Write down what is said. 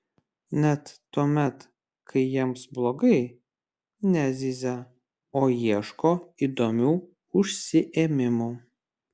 net tuomet kai jiems blogai nezyzia o ieško įdomių užsiėmimų